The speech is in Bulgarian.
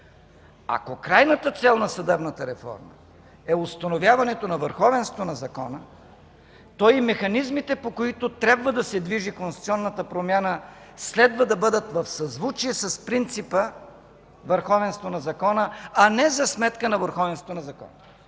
Ако крайната цел на съдебната реформа е установяването на върховенството на закона, то и механизмите, по които трябва да се движи конституционната промяна, следва да бъдат в съзвучие с принципа върховенство на закона, а не за сметка на върховенството на закона.